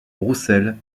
roussel